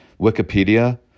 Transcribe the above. Wikipedia